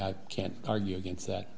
we can't argue against that